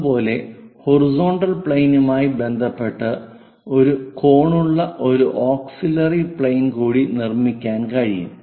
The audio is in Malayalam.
അതുപോലെ ഹൊറിസോണ്ടൽ പ്ലെയിനുമായി ബന്ധപ്പെട്ട് ഒരു കോണുള്ള ഒരു ഓക്സിലിയറി പ്ലെയിൻ കൂടി നിർമ്മിക്കാൻ കഴിയും